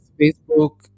Facebook